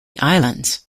islands